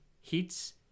Heats